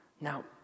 Now